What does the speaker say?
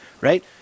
right